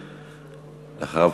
אחריו,